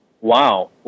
wow